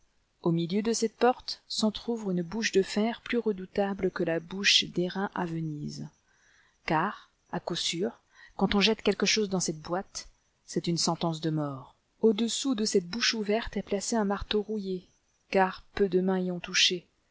au milieu de cette porte s'entr'ouvre une bouche de fer plus redoutable que la bouche dairain à venise car à coup sûr quand on jette quelque chose dans cette boîte c'est une sentence de mort au-dessous de cette bouche ouverte est placé un marteau rouillé car peu de mains y ont touché